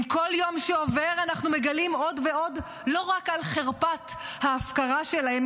עם כל יום שעובר אנחנו מגלים עוד ועוד לא רק על חרפת ההפקרה שלהן,